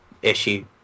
issue